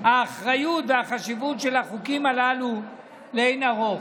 האחריות והחשיבות של החוקים הללו הן לאין ערוך.